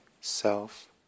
self